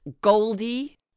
Goldie